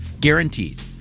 Guaranteed